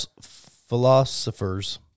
philosophers